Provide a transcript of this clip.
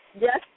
Yes